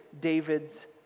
David's